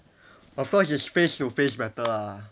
of course is face to face better ah